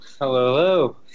hello